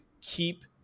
keep